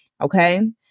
okay